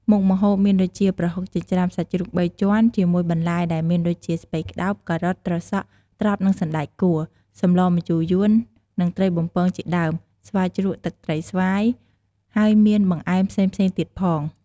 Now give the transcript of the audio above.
មុខម្ហូបមានដូចជា ប្រហុកចិញ្ច្រាំសាច់ជ្រូកបីជាន់ជាមួយបន្លែដែលមានដូចជា ស្ពៃក្តោប,ការ៉ុត,ត្រសក់,ត្រប់និងសណ្តែកគួរ សម្លរម្ជូរយួន និងត្រីបំពងជាមួយ ស្វាយជ្រក់ទឹកត្រីស្វាយ ហើយមានបង្អែមផ្សេងៗទៀតផង។